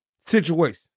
situation